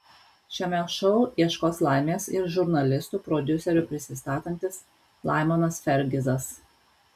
šiame šou ieškos laimės ir žurnalistu prodiuseriu prisistatantis laimonas fergizas